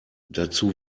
dazu